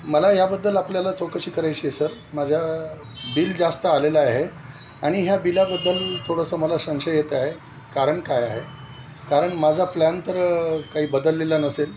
मला याबद्दल आपल्याला चौकशी करायची आहे सर माझ्या बिल जास्त आलेलं आहे आणि ह्या बिलाबद्दल थोडंसं मला संशय येत आहे कारण काय आहे कारण माझा प्लॅन तर काही बदललेला नसेल